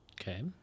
Okay